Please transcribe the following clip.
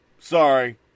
sorry